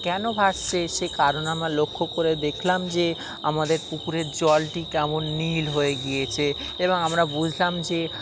কেন ভাসছে সে কারণ আমরা লক্ষ্য করে দেখলাম যে আমাদের পুকুরের জলটি কেমন নীল হয়ে গিয়েছে এবং আমরা বুঝলাম যে